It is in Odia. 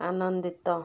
ଆନନ୍ଦିତ